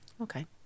Okay